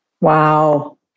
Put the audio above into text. Wow